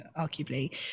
arguably